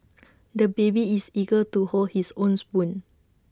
the baby is eager to hold his own spoon